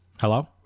Hello